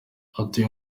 atuye